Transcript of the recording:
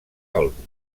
àlbum